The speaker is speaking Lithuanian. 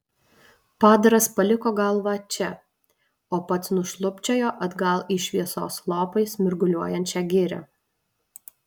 padaras paliko galvą čia o pats nušlubčiojo atgal į šviesos lopais mirguliuojančią girią